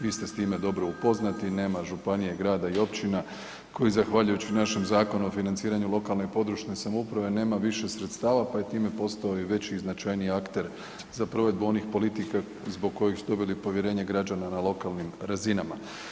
Vi ste s time dobro upoznati i nema županije, grada i općina koji zahvaljujući našem Zakonu o financiranju lokalne i područne samouprave nema više sredstava, pa je time postojao i veći i značajniji akter za provedbu onih politika zbog kojih su dobili povjerenje građana na lokalnim razinama.